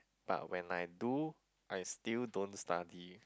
but when I do I still don't study